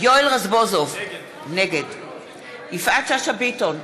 יואל רזבוזוב, נגד יפעת שאשא ביטון,